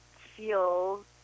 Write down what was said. feels